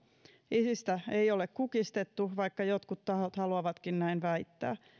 isistä ei ole kukistettu vaikka jotkut tahot haluavatkin näin väittää